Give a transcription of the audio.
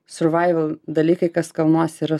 survival dalykai kas kalnuose yra